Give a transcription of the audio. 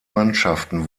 mannschaften